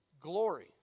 glory